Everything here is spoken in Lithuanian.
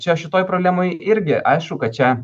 čia šitoj problemoj irgi aišku kad čia